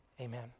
Amen